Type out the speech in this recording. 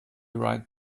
right